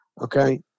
Okay